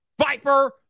Viper